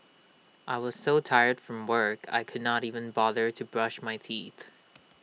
I was so tired from work I could not even bother to brush my teeth